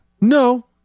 No